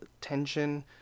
tension